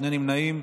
שני נמנעים,